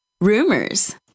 rumors